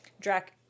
Drac